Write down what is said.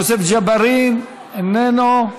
יוסף ג'בארין, איננו,